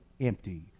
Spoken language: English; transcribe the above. empty